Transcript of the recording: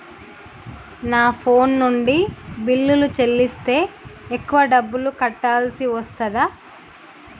నా ఫోన్ నుండి బిల్లులు చెల్లిస్తే ఎక్కువ డబ్బులు కట్టాల్సి వస్తదా?